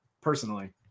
personally